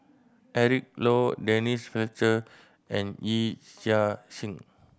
Eric Low Denise Fletcher and Yee Chia Hsing